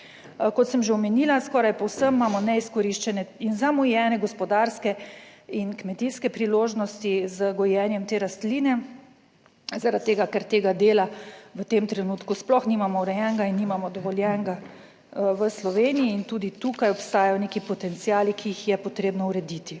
Kot sem že omenila, skoraj povsem imamo neizkoriščene in zamujene gospodarske in kmetijske priložnosti z gojenjem te rastline. Zaradi tega, ker tega dela v tem trenutku sploh nimamo urejenega in nimamo dovoljenega v Sloveniji. In tudi tukaj obstajajo neki potenciali, ki jih je potrebno urediti.